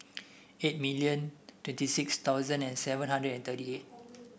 eight million twenty six thousand and seven hundred and thirty eight